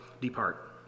depart